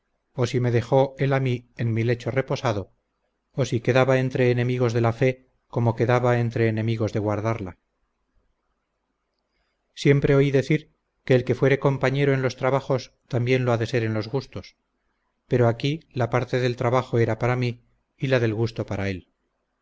o si me dejó él a mí en mi lecho reposado o si quedaba entre enemigos de la fe como quedaba entre enemigos de guardarla siempre oí decir que el que fuere compañero en los trabajos también lo ha de ser en los gustos pero aquí la parte del trabajo era para mí y la del gusto para él